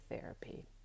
therapy